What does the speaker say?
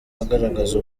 agaragaza